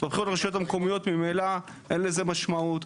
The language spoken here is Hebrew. בבחירות לרשויות המקומיות ממילא אין לזה משמעות.